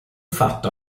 fatto